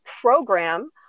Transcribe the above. program